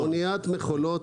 אני מדבר על מכולות.